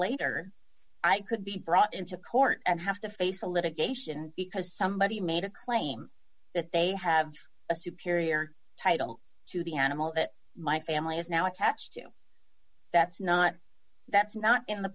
later i could be brought into court and have to face a litigation because somebody made a claim that they have a superior title to the animal that my family is now attached to that's not that's not in the